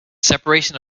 separation